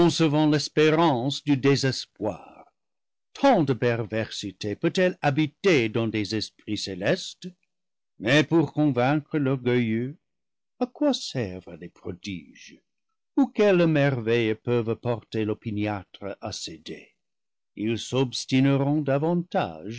concevant l'espérance du désespoir tant de perversité peut-elle habiter dans des esprits célestes mais pour convaincre l'orgueilleux à quoi servent les prodiges ou quelles merveilles peuvent porter l'opiniâtre à céder ils s'obs tineront davantage